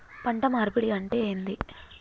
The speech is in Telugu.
పంట మార్పిడి అంటే ఏంది?